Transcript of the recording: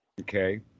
okay